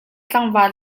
tlangval